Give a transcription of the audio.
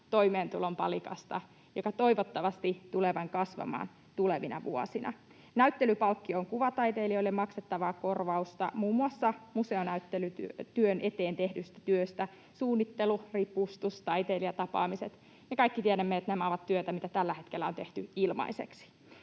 toimeentulon palikasta, joka toivottavasti tulee vain kasvamaan tulevina vuosina. Näyttelypalkkio on kuvataiteilijoille maksettavaa korvausta muun muassa museonäyttelytyön eteen tehdystä työstä: suunnittelu, ripustus, taiteilijatapaamiset. Me kaikki tiedämme, että nämä ovat työtä, mitä tällä hetkellä on tehty ilmaiseksi.